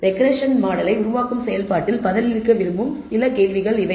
regression மாடலை உருவாக்கும் செயல்பாட்டில் பதிலளிக்க விரும்பும் கேள்விகள் இவை